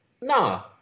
no